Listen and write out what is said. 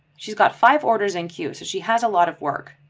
she's got five orders in queue, so she has a lot of work.